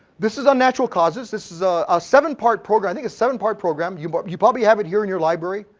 this is our natural causes. this is a ah seven part program, i think it's seven part program. you but but you probably have it here in your library.